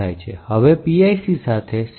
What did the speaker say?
હવે PIC સાથે set mylib int